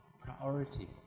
priority